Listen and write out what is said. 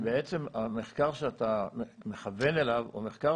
בעצם המחקר שאתה מכוון אליו הוא מחקר